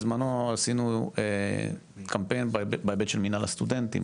בזמנו עשינו קמפיין בהיבט של מנהל הסטודנטים,